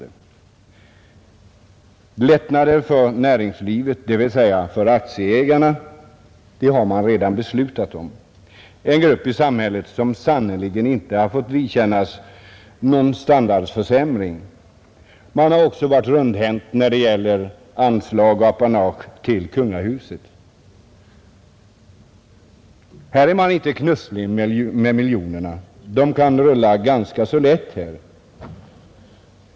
Lättnader för näringslivet, dvs. för aktieägarna, har man redan beslutat om — en grupp i samhället som sannerligen inte fått vidkännas någon standardförsämring. Man har också varit rundhänt när det gäller anslag och apanage till kungahuset. Då är man inte knusslig med miljonerna. De rullar ganska lätt här.